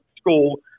school